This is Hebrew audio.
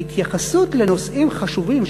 ההתייחסות לנושאים חשובים,